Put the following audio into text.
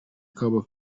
kabo